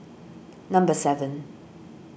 number seven